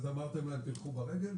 אתם אומרים להם ללכת ברגל?